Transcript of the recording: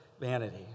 vanity